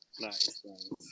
Nice